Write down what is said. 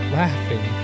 laughing